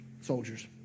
soldiers